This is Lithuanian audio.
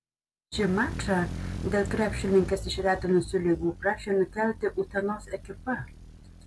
šį mačą dėl krepšininkes išretinusių ligų prašė nukelti utenos ekipa